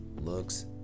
looks